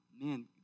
Man